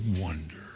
wonder